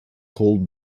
cold